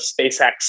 SpaceX